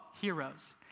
heroes